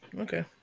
Okay